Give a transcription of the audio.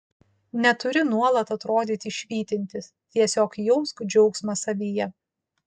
neturi nuolat atrodyti švytintis tiesiog jausk džiaugsmą savyje